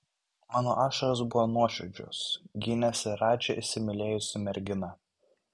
mano ašaros buvo nuoširdžios gynėsi radži įsimylėjusi mergina